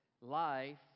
life